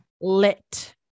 lit